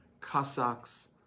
Cossacks